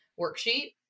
worksheet